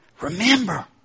Remember